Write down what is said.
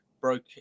broke